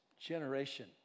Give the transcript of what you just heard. generation